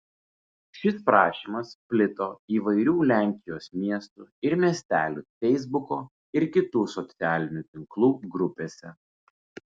šis prašymas plito įvairių lenkijos miestų ir miestelių feisbuko ir kitų socialinių tinklų grupėse